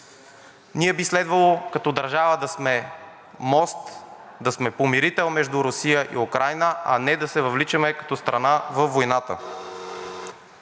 Ние би следвало като държава да сме мост – да сме помирител между Русия и Украйна, а не да се въвличаме като страна във войната.